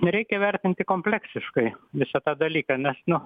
nereikia vertinti kompleksiškai visą tą dalyką nes nu